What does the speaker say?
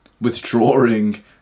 withdrawing